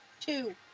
Two